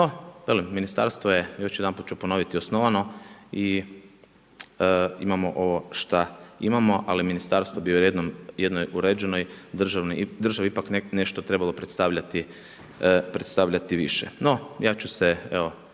ministarstvo je, još jedanput ću ponoviti osnovano i imamo ovo što imamo ali ministarstvo bi u jednoj uređenoj državi ipak nešto trebalo predstavljati više. No, ja ću se